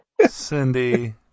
Cindy